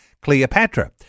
Cleopatra